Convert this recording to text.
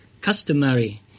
customary